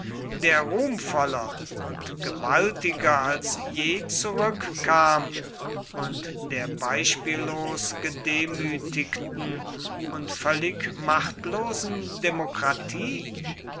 der ruhmvoller und gewaltiger als je zurückkam und der beispiellos gedemütigten und völlig machtlosen demokratie